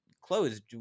closed